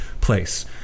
place